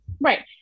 right